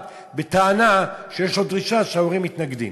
בטענה שיש לו דרישה כשההורים מתנגדים.